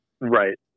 Right